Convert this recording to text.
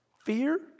fear